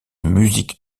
musique